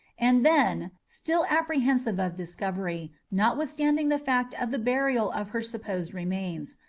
and then, still apprehensive of discovery, notwithstanding the fact of the burial of her supposed remains,